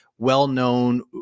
well-known